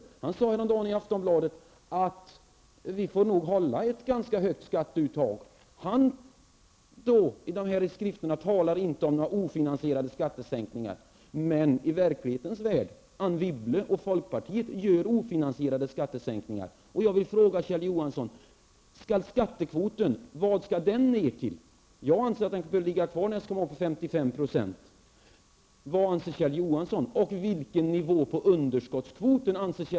Och häromdagen uttalade han i Aftonbladet att vi nog får behålla ett ganska högt skatteuttag. Han talar inte om några ofinansierade skattesänkningar i dessa skrifter, men i verklighetens värld genomdriver Anne Vad skall skattekvoten ned till? Jag anser att den bör ligga kvar på 55 %. Vad anser Kjell Johansson?